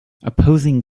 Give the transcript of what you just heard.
opposing